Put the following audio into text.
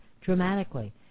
dramatically